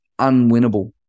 unwinnable